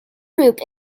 group